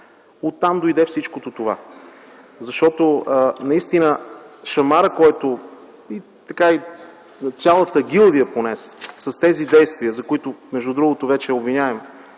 Оттам дойде всичко това. Защото наистина е шамар, който цялата гилдия понесе с тези действия, които - между другото вече е обвиняем